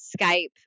Skype